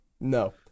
no